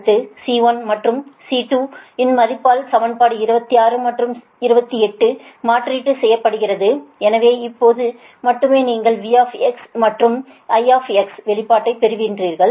அடுத்து C1 மற்றும் C2 இன் மதிப்பால் சமன்பாடு 26 மற்றும் 28 மாற்றீடு செய்யப்படுகிறது ஏனென்றால் அப்போது மட்டுமே நீங்கள் V மற்றும் I வெளிப்பாட்டை பெறுவீர்கள்